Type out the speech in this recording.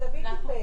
זה דוד טיפל.